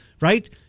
right